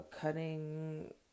cutting